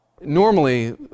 Normally